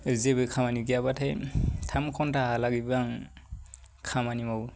जेबो खामानि गैयाबाथाय थाम घन्टाहालागैबो आं खामानि मावो